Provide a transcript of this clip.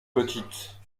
petite